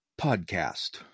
podcast